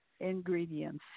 ingredients